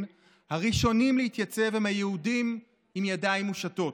הראשונים להתייצב הם היהודים עם ידיים מושטות?